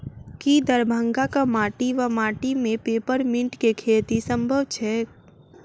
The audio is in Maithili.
की दरभंगाक माटि वा माटि मे पेपर मिंट केँ खेती सम्भव छैक?